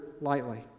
lightly